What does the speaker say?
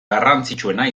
garrantzitsuena